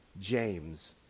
James